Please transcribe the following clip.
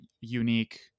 unique